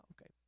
okay